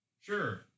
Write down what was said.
sure